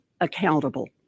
accountable